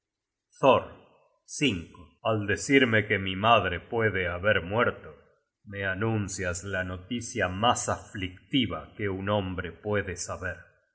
thor al decirme que mi madre puede haber muerto me anuncias la noticia mas aflictiva que un hombre puede saber